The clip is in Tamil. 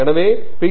எனவே பி